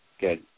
good